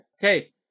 Hey